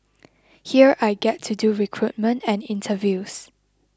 here I get to do recruitment and interviews